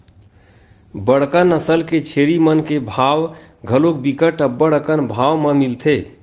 बड़का नसल के छेरी मन के भाव घलोक बिकट अब्बड़ अकन भाव म मिलथे